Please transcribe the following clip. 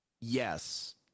yes